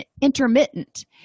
intermittent